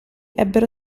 ebbero